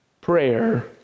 prayer